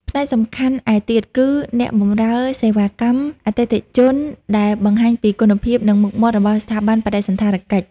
ផ្នែកសំខាន់ឯទៀតគឺ អ្នកបម្រើសេវាកម្មអតិថិជនដែលបង្ហាញពីគុណភាព និងមុខមាត់របស់ស្ថាប័នបដិសណ្ឋារកិច្ច។